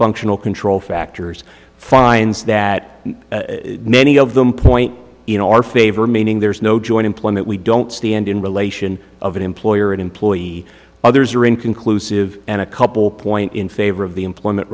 functional control factors finds that many of them point in our favor meaning there is no joint employment we don't stand in relation of an employer and employee others are inconclusive and a couple point in favor of the employment